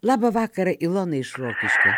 labą vakarą ilonai iš rokiškio